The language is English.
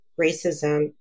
racism